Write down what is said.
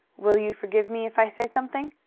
will you forgive me if i say something?